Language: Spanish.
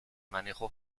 manejo